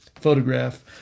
photograph